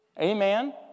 Amen